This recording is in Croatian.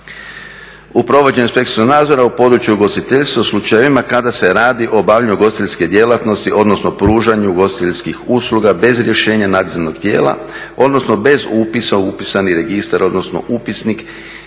U provođenju inspekcijskog nadzora u području ugostiteljstva u slučajevima kad se radi o obavljanju gospodarske djelatnosti odnosno pružanju ugostiteljskih usluga bez rješenja nadzornog tijela, odnosno bez upisa u upisani registar, odnosno upisnik